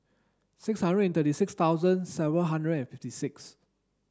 six hundred and thirty six thousand seven hundred and fifty six